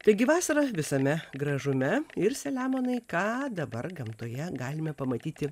taigi vasara visame gražume ir selemonai ką dabar gamtoje galime pamatyti